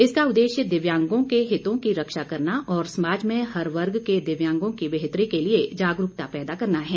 इसका उद्देश्य दिव्यांगों के हितों की रक्षा करना और समाज में हर वर्ग के दिव्यांगों की बेहतरी के लिए जागरूकता पैदा करना है